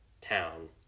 town